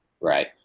Right